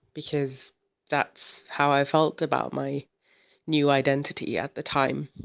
because that's how i felt about my new identity at the time.